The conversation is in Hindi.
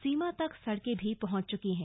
सीमा तक सड़कें भी पहुंच चुकी हैं